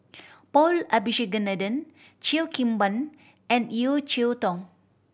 Paul Abisheganaden Cheo Kim Ban and Yeo Cheow Tong